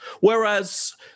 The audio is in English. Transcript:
Whereas